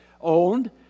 owned